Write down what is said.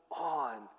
on